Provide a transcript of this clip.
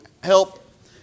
Help